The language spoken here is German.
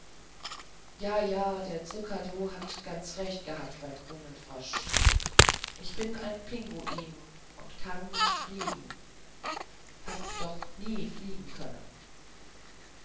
anredete jaja der zrcadlo hat ganz recht gehabt beim grünen frosch ich bin ein pinguin und kann nicht fliegen hab doch nie fliegen können